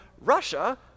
Russia